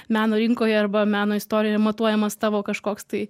meno rinkoje arba meno istorijoje matuojamas tavo kažkoks tai